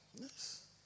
Yes